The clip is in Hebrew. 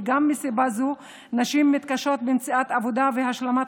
וגם מסיבה זו נשים מתקשות במציאת עבודה והשלמת